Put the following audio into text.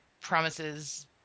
promises